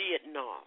Vietnam